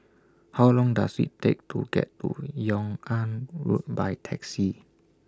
How Long Does IT Take to get to Yung An Road By Taxi